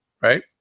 right